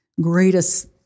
greatest